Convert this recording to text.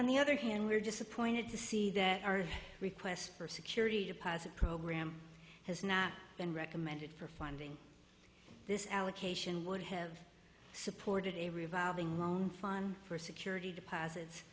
on the other hand we're disappointed to see that our request for a security deposit program has not been recommended for funding this allocation would have supported a revolving loan fund for security deposit